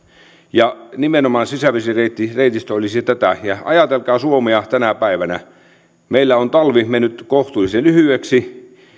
kannalta nimenomaan sisävesireitistö olisi tätä ajatelkaa suomea tänä päivänä meillä on talvi mennyt kohtuullisen lyhyeksi